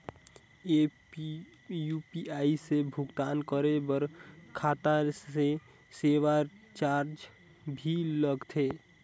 ये यू.पी.आई से भुगतान करे पर खाता से सेवा चार्ज भी लगथे?